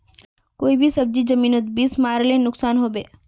कोई भी सब्जी जमिनोत बीस मरले नुकसान होबे?